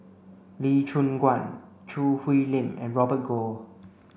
Lee Choon Guan Choo Hwee Lim and Robert Goh